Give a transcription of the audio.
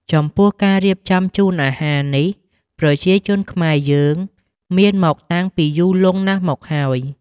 ចំពោះការរៀបចំជូនអាហារនេះប្រជាជនខ្មែរយើងមានមកតាំងពីយូរលង់ណាស់មកហើយ។